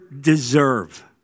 deserve